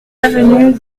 avenue